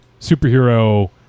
superhero